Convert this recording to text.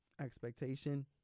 expectation